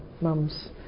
mum's